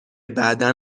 بعدا